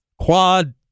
Quad